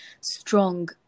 strong